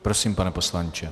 Prosím, pane poslanče.